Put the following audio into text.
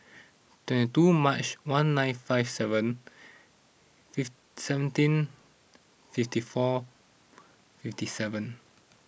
twenty two March one nine five seven feet seventeen fifty four fifty seven